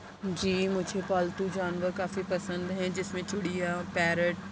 جی مجھے پالتو جانور کافی پسند ہیں جس میں چڑیا پیرٹ